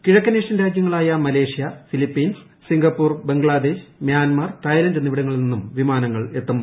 കിഴക്കനേഷ്യൻ രാജ്യങ്ങളായ Malaysia Philippines Singapore Bangladesh Myanmar Thailand എന്നിവിടങ്ങളിൽ നിന്നും വിമാനങ്ങൾ എത്തും